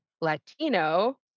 latino